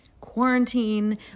quarantine